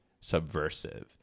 subversive